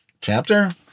chapter